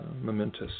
momentous